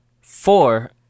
Four